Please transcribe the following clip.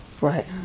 Right